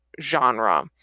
genre